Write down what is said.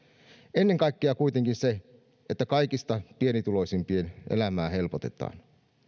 ennen kaikkea kuitenkin se että kaikista pienituloisimpien elämää helpotetaan